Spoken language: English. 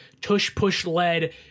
Tush-Push-Led